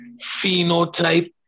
phenotype